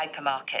hypermarket